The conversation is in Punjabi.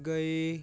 ਗਏ